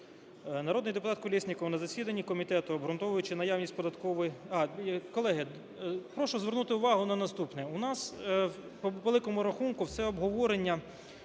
Народний депутат Колєсніков на засіданні комітету, обґрунтовуючи наявність податкової… А, колеги, прошу звернути увагу на наступне. У нас по великому рахунку все обговорення